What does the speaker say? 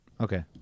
Okay